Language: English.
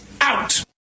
out